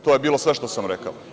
To je bilo sve što sam rekao.